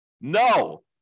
No